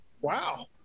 Wow